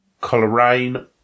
Coleraine